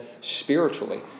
spiritually